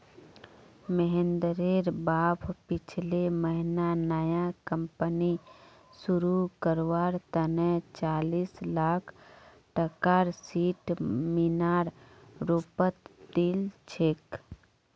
महेंद्रेर बाप पिछले महीना नया कंपनी शुरू करवार तने चालीस लाख टकार सीड मनीर रूपत दिल छेक